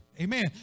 Amen